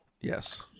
Yes